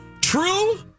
True